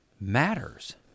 matters